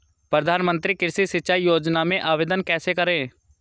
प्रधानमंत्री कृषि सिंचाई योजना में आवेदन कैसे करें?